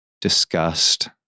disgust